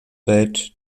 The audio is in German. welt